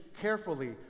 carefully